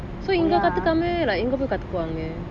so இங்க கதுக்கம எங்க பொய் கைத்துப்பாங்க:inga kathukama enga poi kathupanga